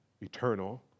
eternal